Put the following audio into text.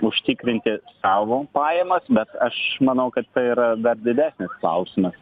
užtikrinti savo pajamas bet aš manau kad tai yra dar didesnis klausimas